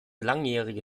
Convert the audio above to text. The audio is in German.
langjährige